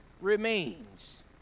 remains